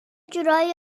جورایی